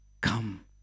Come